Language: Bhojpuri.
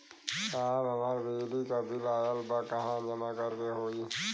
साहब हमार बिजली क बिल ऑयल बा कहाँ जमा करेके होइ?